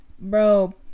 Bro